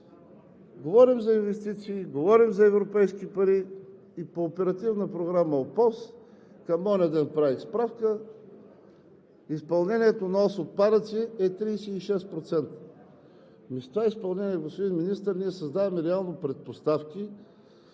Говорим за инвестиции, говорим за европейски пари. И по Оперативна програма „Околна среда“, към онзи ден правих справка, изпълнението на Ос „Отпадъци“ е 36%! С това изпълнение, господин Министър, ние създаваме реално предпоставки